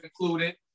included